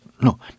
no